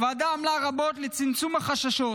הוועדה עמלה רבות לצמצום החששות,